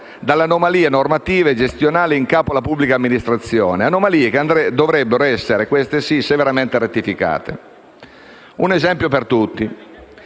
Un esempio per tutti: